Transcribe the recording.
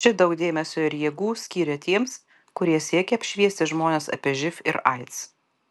ši daug dėmesio ir jėgų skyrė tiems kurie siekia apšviesti žmones apie živ ir aids